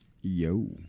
Yo